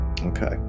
okay